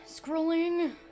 Scrolling